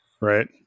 Right